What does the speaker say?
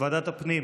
ועדת הפנים.